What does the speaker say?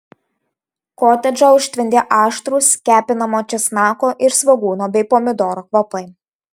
kotedžą užtvindė aštrūs kepinamo česnako ir svogūno bei pomidoro kvapai